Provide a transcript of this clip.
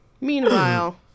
Meanwhile